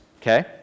okay